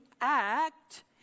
act